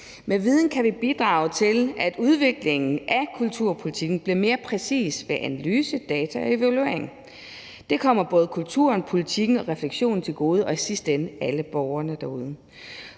Med viden kan vi bidrage til, at udviklingen af kulturpolitikken bliver mere præcis ved analyse, data og evaluering. Det kommer både kulturen, politikken og refleksionen til gode og i sidste ende alle borgerne derude.